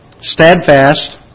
steadfast